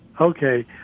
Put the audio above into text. Okay